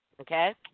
Okay